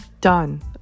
done